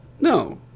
No